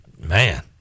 man